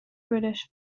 british